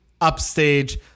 upstage